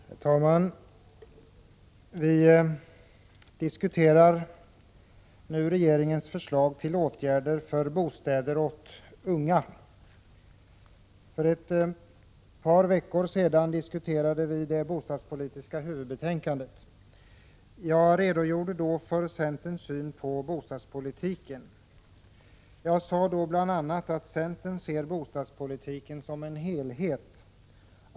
Herr talman! Vi skall nu diskutera regeringens förslag till åtgärder för bostäder åt unga. För ett par veckor sedan diskuterade vi det bostadspolitiska huvudbetänkandet. Jag redogjorde då för centerns syn på bostadspolitiken och sade bl.a. att centern ser bostadspolitiken som en helhet.